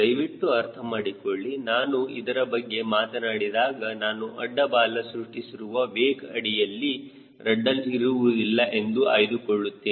ದಯವಿಟ್ಟು ಅರ್ಥ ಮಾಡಿಕೊಳ್ಳಿ ನಾನು ಇದರ ಬಗ್ಗೆ ಮಾತನಾಡಿದಾಗ ನಾನು ಅಡ್ಡ ಬಾಲ ಸೃಷ್ಟಿಸಿರುವ ವೇಕ್ ಅಡಿಯಲ್ಲಿ ರಡ್ಡರ್ ಇರುವುದಿಲ್ಲ ಎಂದು ಆಯ್ದುಕೊಳ್ಳುತ್ತೇನೆ